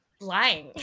lying